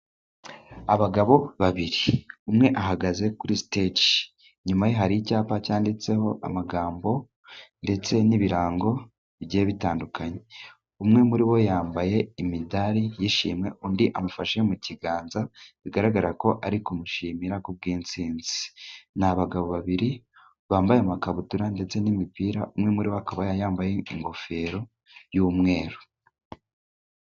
Abagabo babiri umwe ahagaze kuri steje, inyuma ye hari icyapa cyanditseho amagambo, ndetse n'ibirango bigiye bitandukanye, umwe muri bo yambaye imidari y'ishimwe undi amufashe mu kiganza bigaragara ko ari kumushimira ku bw'intsinzi. Ni abagabo babiri bambaye amakabutura ndetse n'imipira, umwe muri bo akaba yambaye ingofero y'umweru.